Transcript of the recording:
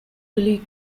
billy